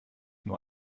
nur